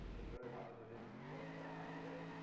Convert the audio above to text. it's very hard to predict what's going to happen, there